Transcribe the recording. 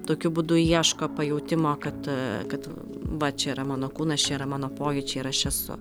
tokiu būdu ieško pajautimo kad kad va čia yra mano kūnas čia yra mano pojūčiai ir aš esu